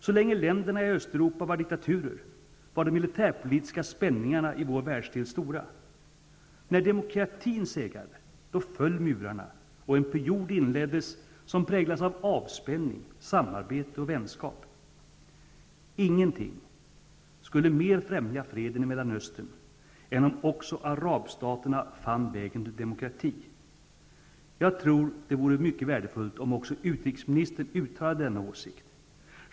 Så länge länderna i Östeuropa var diktaturer, var de militärpolitiska spänningarna i vår världsdel stora. När demokratin segrade, föll murarna och en period inleddes som präglades av avspänning, samarbete och vänskap. Ingenting skulle mer främja freden i Mellanöstern än om arabstaterna också fann vägen till demokrati. Jag tror att det vore mycket värdefullt om också utrikesministern uttalade denna åsikt.